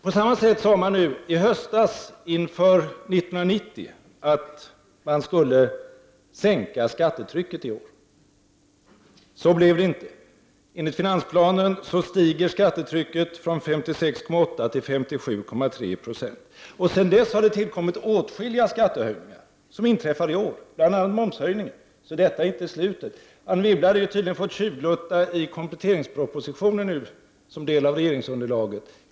På samma sätt sade man i höstas att man skulle sänka skattetrycket för i år. Så blev det inte. Enligt finansplanen steg skattetrycket från 56,8 96 till 57,3 Jo. Sedan dess har det tillkommit åtskilliga skattehöjningar som inträffat i år, bl.a. momshöjning. Så detta är inte slutet. Anne Wibble hade tydligen fått tjuvtitta i kompletteringspropositionen som en del av regeringens underlag.